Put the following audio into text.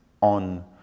on